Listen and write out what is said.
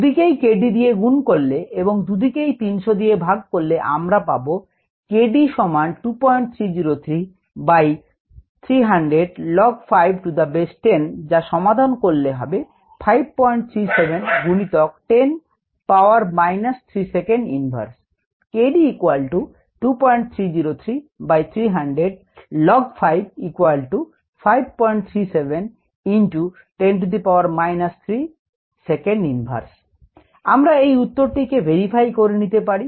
দুদিকেই 𝑘𝑑 দিয়ে গুন করলে এবং দুদিকেই 300 দিয়ে ভাগ করলে আমরা পাব 𝑘𝑑 সমান 2303 by 300 log 5 to the base 10 যা সমাধান করলে হবে 537 গুনিতক 10 power মাইনাস 3 সেকেন্ড inverse আমরা এই উত্তর টিকে ভেরিফাই করে নিতে পারি